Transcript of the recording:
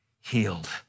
healed